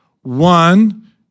One